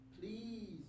Please